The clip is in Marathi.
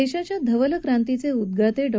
देशाच्या धवल क्रांतीचे उद्गाते डॉ